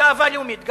גאווה לאומית.